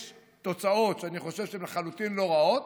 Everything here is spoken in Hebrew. יש תוצאות שאני חושב שהן לחלוטין לא רעות,